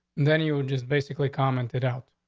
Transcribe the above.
then you would just basically comment it out.